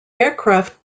aircraft